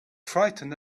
frightened